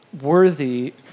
worthy